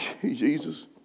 Jesus